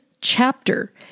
chapter